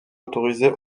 autorisé